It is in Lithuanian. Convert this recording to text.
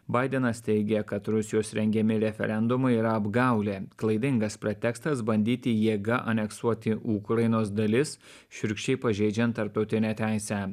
baidenas teigė kad rusijos rengiami referendumai yra apgaulė klaidingas pretekstas bandyti jėga aneksuoti ukrainos dalis šiurkščiai pažeidžiant tarptautinę teisę